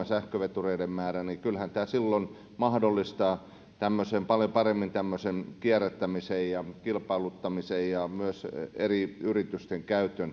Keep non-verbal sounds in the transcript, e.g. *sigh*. *unintelligible* sähkövetureiden määrä on kaksisataakaksikymmentäkolme eli kyllähän tämä silloin mahdollistaa paljon paremmin tämmöisen kierrättämisen kilpailuttamisen ja myös eri yritysten käytön